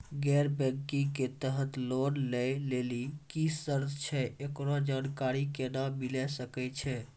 गैर बैंकिंग के तहत लोन लए लेली की सर्त छै, एकरो जानकारी केना मिले सकय छै?